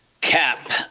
Cap